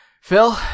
Phil